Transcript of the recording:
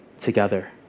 together